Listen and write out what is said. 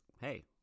hey